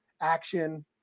action